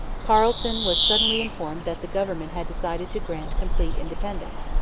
carleton was suddenly informed that the government had decided to grant complete independence.